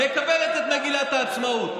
מקבלת את מגילת העצמאות.